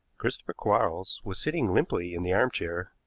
christopher quarles was sitting limply in the arm-chair,